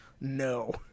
No